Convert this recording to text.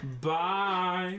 Bye